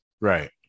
right